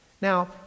Now